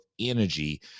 energy